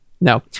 No